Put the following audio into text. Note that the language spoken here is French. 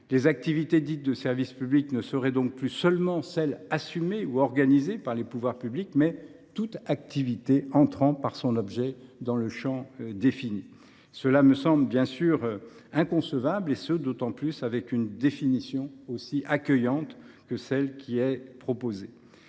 les activités dites de service public seraient non plus seulement celles qui sont assumées ou organisées par les pouvoirs publics, mais toute activité entrant par son objet dans le champ défini. Cela me semble bien sûr inconcevable, surtout si l’on se réfère à une définition aussi accueillante que celle qui est proposée.